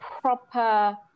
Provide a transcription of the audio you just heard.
proper